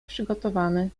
przygotowany